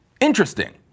Interesting